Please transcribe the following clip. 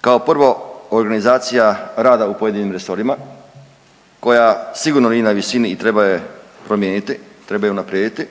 kao prvo organizacija rada u pojedinim resorima koja sigurno nije na visini i treba je promijeniti i treba ju unaprijediti.